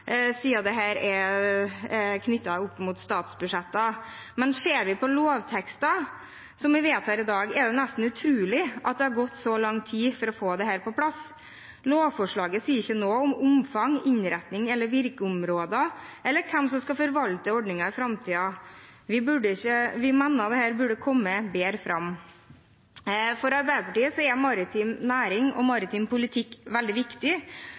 dag, er det nesten utrolig at det har tatt så lang tid å få dette på plass. Lovforslaget sier ikke noe om omfang, innretning eller virkeområde eller hvem som skal forvalte ordningen i framtiden. Vi mener dette burde komme bedre fram. For Arbeiderpartiet er maritim næring og maritim politikk veldig viktig,